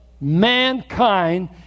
mankind